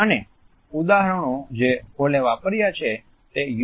અને ઉદહરણો જે હોલે વાપર્યા છે તે યુ